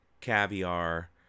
caviar